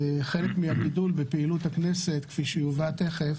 חלק מהגידול בפעילות הכנסת, כפי שיובא תכף,